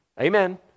Amen